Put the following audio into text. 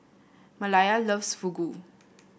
Maleah loves Fugu